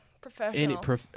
Professional